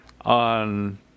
on